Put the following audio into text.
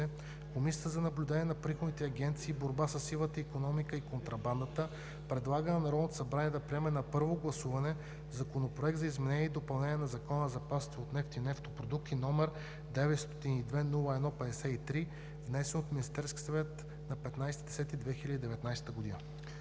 Комисията за наблюдение на приходните агенции и борба със сивата икономика и контрабандата предлага на Народното събрание да приеме на първо гласуване Законопроект за изменение и допълнение на Закона за запасите от нефт и нефтопродукти, № 902-01-53, внесен от Министерския съвет на 15 октомври